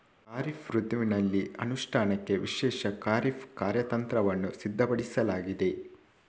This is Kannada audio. ಖಾರಿಫ್ ಋತುವಿನಲ್ಲಿ ಅನುಷ್ಠಾನಕ್ಕೆ ವಿಶೇಷ ಖಾರಿಫ್ ಕಾರ್ಯತಂತ್ರವನ್ನು ಸಿದ್ಧಪಡಿಸಲಾಗಿದೆ